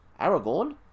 Aragorn